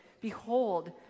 behold